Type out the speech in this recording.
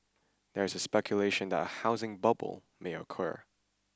there is speculation that a housing bubble may occur